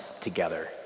together